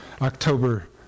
October